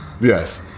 Yes